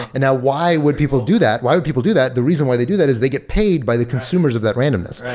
and now why would people do that? why would people do that? the reason why they do that is they get paid by the consumers of that randomness.